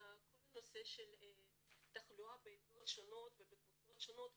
כל הנושא של תחלואה בקרב עדות וקבוצות שונות והגירה,